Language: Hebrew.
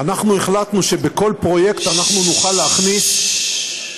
אנחנו החלטנו שבכל פרויקט אנחנו נוכל להכניס, ששש.